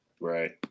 right